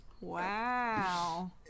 wow